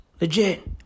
Legit